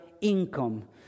income